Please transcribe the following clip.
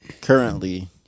currently